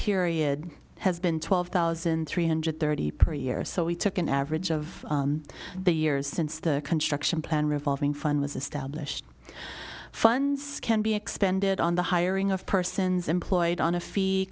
period has been twelve thousand three hundred thirty per year so we took an average of the years since the construction plan revolving fund was established funds can be expended on the hiring of persons employed on a fee